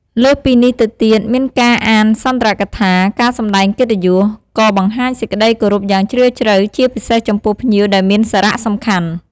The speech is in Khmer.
លើសពីនេះទៅទៀត មានការអានសុន្ទរកថា ការសម្ដែងកិត្តិយស ក៏បង្ហាញសេចក្ដីគោរពយ៉ាងជ្រាលជ្រៅ ជាពិសេសចំពោះភ្ញៀវដែលមានសារៈសំខាន់។